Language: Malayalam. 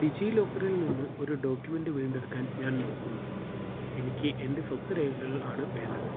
ഡിജിലോക്കറിൽ നിന്നൊരു ഡോക്യുമെൻറ്റ് വീണ്ടെടുക്കാൻ ഞാൻ നോക്കുന്നു എനിക്കെൻറ്റെ സ്വത്ത് രേഖകളാണ് വേണ്ടത്